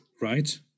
right